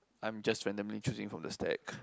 I'm just randomly choosing from the stack